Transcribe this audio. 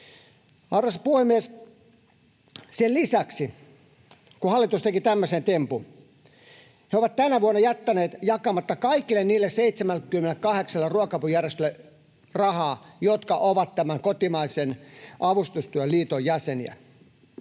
Arvoisa puhemies! Sen lisäksi, että hallitus teki tämmöisen tempun, he ovat tänä vuonna jättäneet jakamatta rahaa kaikille niille 78 ruoka-apujärjestölle, jotka ovat tämän Kotimaisen avustustyön liiton jäseniä.